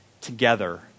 together